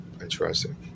Interesting